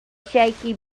shaky